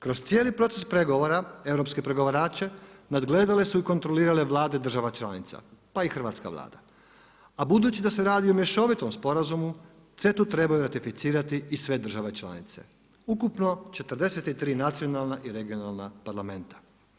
Kroz cijeli proces pregovora europske pregovarače nadgledale su i kontrolirale Vlade država članica pa i hrvatska Vlada a budući da se radi o mješovitom sporazumu CET-au trebaju ratificirati i sve države članice, ukupno 43 nacionalna i regionalna parlamenta.